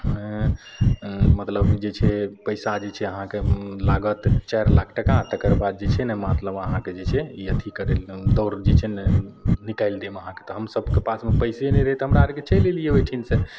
मतलब जे छै पैसा जे छै अहाँके लागत चारि लाख टका तकरबाद जे छै ने मतलब अहाँके जे छै ई अथी करै लए दौड़ जे छै ने निकालि देब अहाँके तऽ हम सबके पासमे पैसे नहि रहै हमरा आरके चैलि अयलियै ओहिठिन से